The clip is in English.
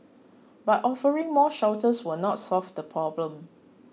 but offering more shelters will not solve the problem